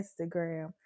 Instagram